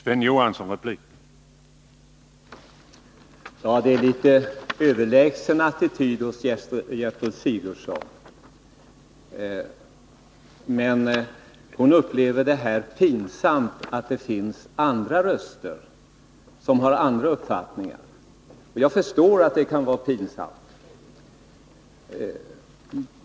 Herr talman! Gertrud Sigurdsen intar en något överlägsen attityd. Hon upplever det som pinsamt att det finns andra som har avvikande uppfattningar. Jag förstår att det kan vara pinsamt.